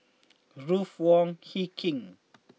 Ruth Wong Hie King